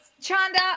Chanda